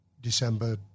December